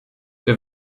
wir